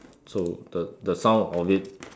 so the the sound of it